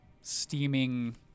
steaming